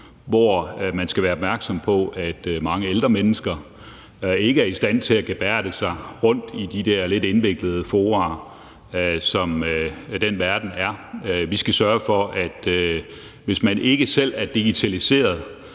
hvor man skal være opmærksom på, at mange ældre mennesker ikke er i stand til at gebærde sig rundt i de der lidt indviklede fora, som den verden består af. Vi skal sørge for, at man, hvis man ikke selv er digitaliseret,